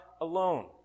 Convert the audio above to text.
alone